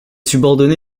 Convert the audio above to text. subordonnés